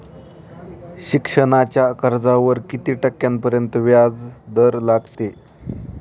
शिक्षणाच्या कर्जावर किती टक्क्यांपर्यंत व्याजदर लागेल?